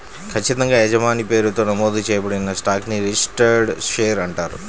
ఖచ్చితంగా యజమాని పేరుతో నమోదు చేయబడిన స్టాక్ ని రిజిస్టర్డ్ షేర్ అంటారు